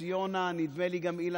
יוסי יונה, נדמה לי שגם איל